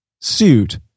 suit